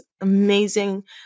amazing